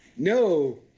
No